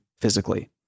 physically